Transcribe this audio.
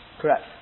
Correct